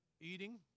eating